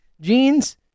jeans